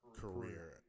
career